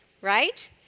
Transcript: right